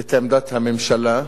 את עמדת הממשלה,